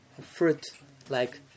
fruit-like